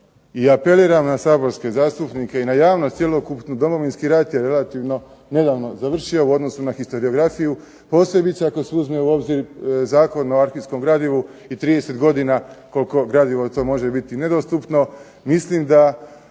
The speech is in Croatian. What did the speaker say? i apeliram na saborske zastupnike i na javnost cjelokupnu, Domovinski rat je relativno nedavno završio u odnosu na historiografiju, posebice ako se uzme u obzir Zakon o arhivskom gradivu i 30 godina koliko gradivo to može biti nedostupno. Mislim da